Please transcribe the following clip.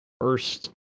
first